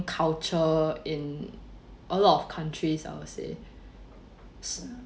culture in a lot of countries I'd say